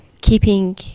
keeping